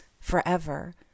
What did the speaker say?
forever